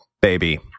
baby